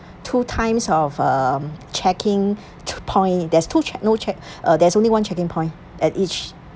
two times of um checking two point there's two check no check uh there's only one checking point at each